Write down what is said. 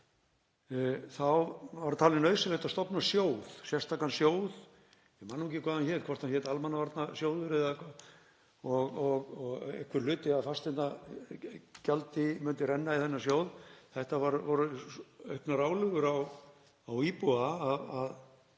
þá var talið nauðsynlegt að stofna sjóð, sérstakan sjóð, ég man nú ekki hvað hann hét, hvort hann hét almannavarnasjóður eða hvað, og að einhver hluti af fasteignagjaldi myndi renna í þennan sjóð. Þetta voru auknar álögur á íbúa